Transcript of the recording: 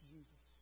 Jesus